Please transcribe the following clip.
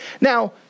Now